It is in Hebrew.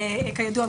שכידוע,